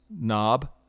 knob